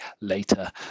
later